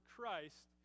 Christ